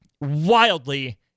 wildly